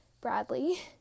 Bradley